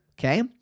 okay